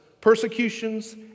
persecutions